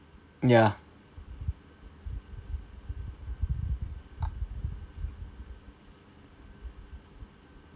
ya